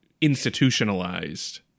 institutionalized